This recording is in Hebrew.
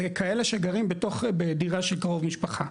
זה כאלה שגרים בתוך דירה של קרוב משפחה,